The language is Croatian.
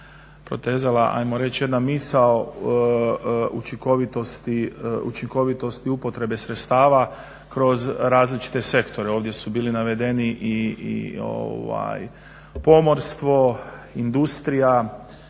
protezala ajmo reći jedna misao učinkovitosti upotrebe sredstava kroz različite sektore. Ovdje su bili navedeni i pomorstvo, industrija,